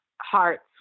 hearts